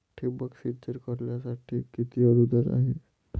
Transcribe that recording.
ठिबक सिंचन करण्यासाठी किती अनुदान आहे?